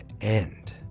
end